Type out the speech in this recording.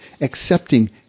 accepting